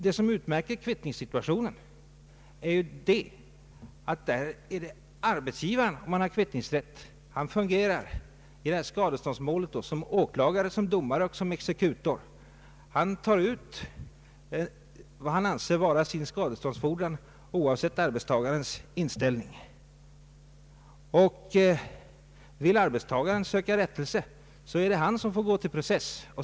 Det som utmärker kvittningssituationen är att där är det arbetsgivaren som fungerar som åklagare, som domare och som exekutor. Han tar ut vad han anser vara sin skadeståndsfordran, oavsett arbetstagarens inställning. Vill arbetstagaren söka rättelse, är det han som får gå till process.